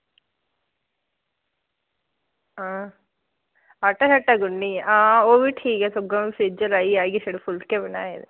आटा शाटा गुन्नियै हां ओह् बी ठीक ऐ सेज्जल आइयै छड़े फुलकै बनाए ते